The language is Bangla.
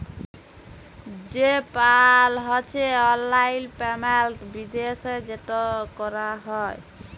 পে পাল হছে অললাইল পেমেল্ট বিদ্যাশে যেট ক্যরা হ্যয়